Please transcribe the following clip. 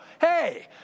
hey